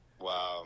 Wow